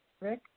Rick